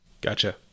Gotcha